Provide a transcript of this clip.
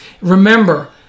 Remember